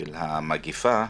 המגפה,